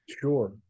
sure